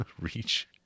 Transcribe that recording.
Reach